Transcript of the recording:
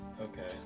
Okay